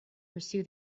pursue